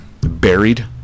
buried